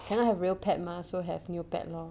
cannot have real pet mah so have neopet lor